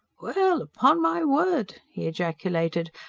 well, upon my word! he ejaculated,